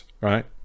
right